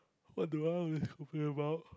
what do I talking about